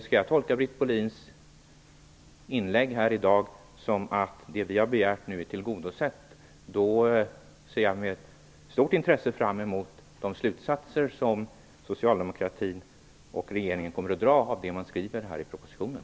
Skall jag tolka Britt Bohlins inlägg här i dag som att det vi har begärt nu är tillgodosett, då ser jag med stort intresse fram emot de slutsatser som socialdemokratin och regeringen kommer att dra av det man skriver i propositionen.